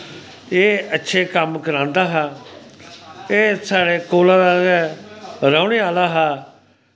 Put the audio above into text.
एह् अच्छे कम्म करांदा हा एह् साढ़े कोला गै रौह्ने आह्ला हा